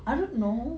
I don't know